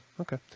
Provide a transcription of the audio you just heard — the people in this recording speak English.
Okay